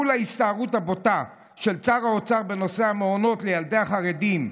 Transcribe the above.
מול ההסתערות הבוטה של שר האוצר בנושא המעונות לילדי החרדים,